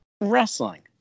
Wrestling